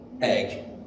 egg